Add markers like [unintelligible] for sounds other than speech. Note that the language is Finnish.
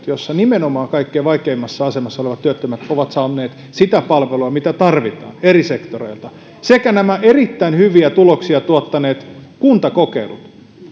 [unintelligible] joissa nimenomaan kaikkein vaikeimmassa asemassa olevat työttömät ovat saaneet sitä palvelua mitä tarvitaan eri sektoreilta sekä nämä erittäin hyviä tuloksia tuottaneet kuntakokeilut